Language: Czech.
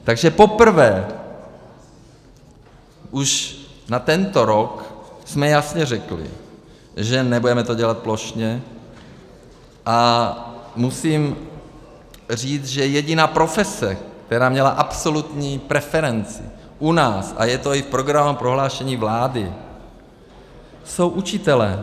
Takže poprvé už na tento rok jsme jasně řekli, že to nebudeme dělat plošně, a musím říct, že jediná profese, která měla absolutní preferenci u nás, a je to i v programovém prohlášení vlády, jsou učitelé.